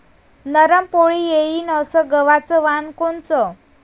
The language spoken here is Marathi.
नरम पोळी येईन अस गवाचं वान कोनचं?